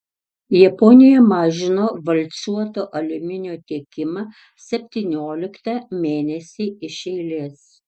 japonija mažino valcuoto aliuminio tiekimą septynioliktą mėnesį iš eilės